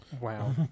Wow